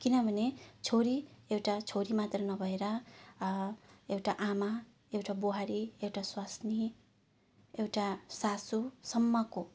किनभने छोरी एउटा छोरी मात्र नभएर एउटा आमा एउटा बुहारी एउटा स्वास्नी एउटा सासुसम्मको